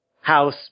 house